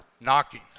knocking